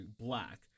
black